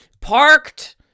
parked